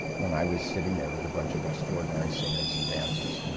when i was sitting there with a bunch of extraordinary singers and dancers,